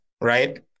right